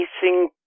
facing